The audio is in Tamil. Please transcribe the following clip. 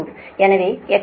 எனவே XC 68